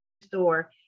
store